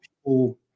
people